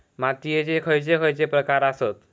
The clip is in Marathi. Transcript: मातीयेचे खैचे खैचे प्रकार आसत?